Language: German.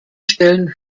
stellen